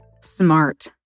Smart